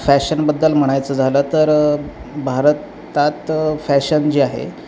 फॅशनबद्दल म्हणायचं झालं तर भारतात फॅशन जे आहे